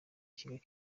kigali